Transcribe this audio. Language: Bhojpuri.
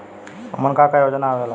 उमन का का योजना आवेला?